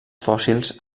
fòssils